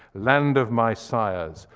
land of my sires!